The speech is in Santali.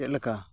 ᱪᱮᱫ ᱞᱮᱠᱟ